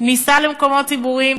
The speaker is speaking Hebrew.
כניסה למקומות ציבוריים,